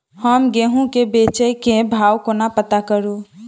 हम गेंहूँ केँ बेचै केँ भाव कोना पत्ता करू?